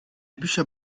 bücher